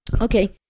Okay